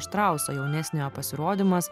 štrauso jaunesniojo pasirodymas